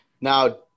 Now